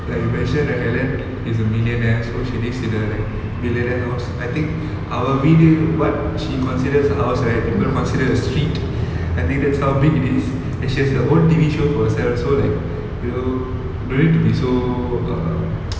like you mention right ellen is a millionaire so she lives in a like millionaire house I think our அவ வீடு:ava veedu what she considers a house right people consider a street I think that's how big it is and she has her own T_V show for herself so like you know don't need to be so err